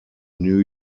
new